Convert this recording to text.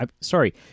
sorry